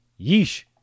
Yeesh